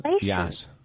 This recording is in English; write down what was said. yes